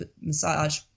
massage